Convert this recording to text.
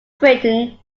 britain